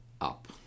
up